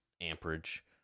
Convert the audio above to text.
amperage